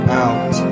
out